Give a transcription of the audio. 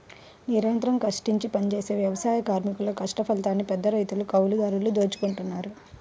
నిరంతరం కష్టించి పనిజేసే వ్యవసాయ కార్మికుల కష్టఫలాన్ని పెద్దరైతులు, కౌలుదారులు దోచుకుంటన్నారు